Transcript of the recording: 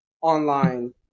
online